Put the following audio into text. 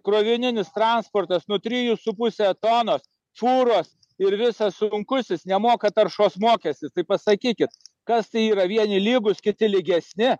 krovininis transportas nuo trijų su puse tonos fūros ir visas sunkusis nemoka taršos mokestis tai pasakykit kas tai yra vieni lygūs kiti lygesni